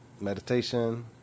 meditation